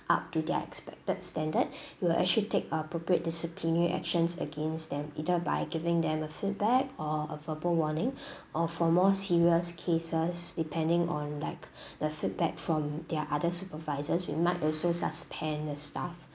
up to their expected standard we will actually take appropriate disciplinary actions against them either by giving them a feedback or a verbal warning or for more serious cases depending on like the feedback from their other supervisors we might also suspend the staff